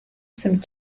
some